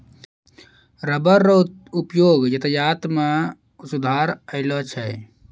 rubber रो उपयोग यातायात मे सुधार अैलौ छै